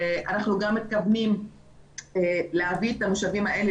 אנחנו גם מתכוונים להביא את המושבים האלה